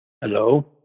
hello